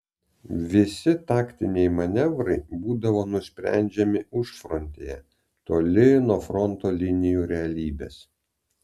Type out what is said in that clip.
visi taktiniai manevrai būdavo nusprendžiami užfrontėje toli nuo fronto linijų realybės